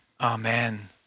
amen